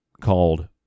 called